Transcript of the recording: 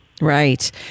Right